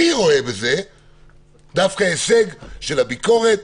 אני רואה בזה דווקא הישג של הביקורת,